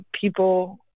people